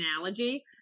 analogy